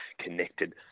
connected